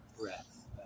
breath